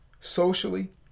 socially